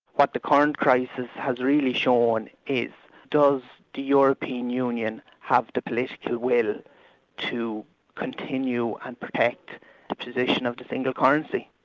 what the current crisis has really shown is does the european union have the political will to to continue and protect the position of the single currency.